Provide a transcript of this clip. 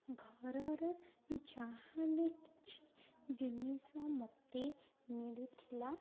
ଘରର ଯାହାବି କିଛି ଜିନିଷ ମୋତେ ମିଳିଥିଲା